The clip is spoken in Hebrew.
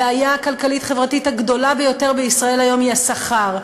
הבעיה הכלכלית-חברתית הגדולה ביותר בישראל היום היא השכר.